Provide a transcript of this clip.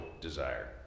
desire